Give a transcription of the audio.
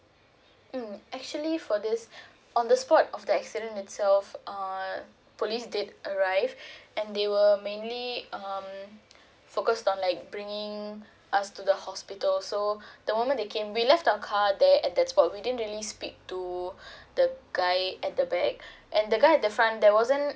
mm actually for this on the spot of the accident itself uh police did arrive and they were mainly um focused on like bringing us to the hospital so the moment they came we left our car there at that spot we didn't really speak to the guy at the back at the guy on front there wasn't